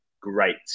great